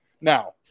Now